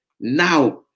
Now